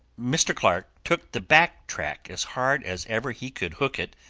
mr. clark took the back track as hard as ever he could hook it,